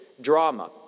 drama